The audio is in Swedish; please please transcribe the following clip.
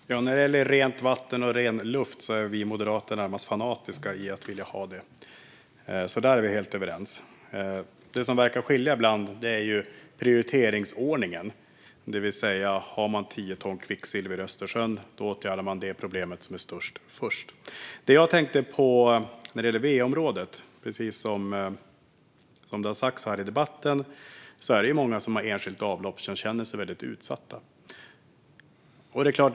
Fru talman! När det gäller rent vatten och ren luft är vi moderater närmast fanatiska i att vilja ha det. Där är vi helt överens. Det som verkar skilja oss åt ibland är prioriteringsordningen, det vill säga att om man har tio ton kvicksilver i Östersjön åtgärdar man det största problemet först. Det jag tänkte på när det gäller va-området är att det, precis som har sagts här i debatten, är många som har enskilt avlopp som känner sig väldigt utsatta.